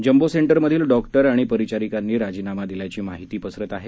jumbo सेंटरमधील doctor आणि परिचारिकांनी राजीनामा दिल्याची माहिती पसरत आहे